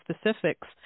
specifics